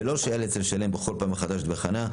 ולא שיאלץ לשלם בכל פעם מחדש דמי חניה,